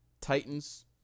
Titans